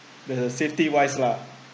when the safety wise lah